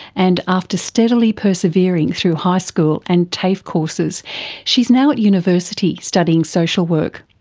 and after steadily persevering through high school and tafe courses she is now at university studying social work.